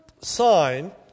sign